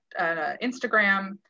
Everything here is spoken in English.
Instagram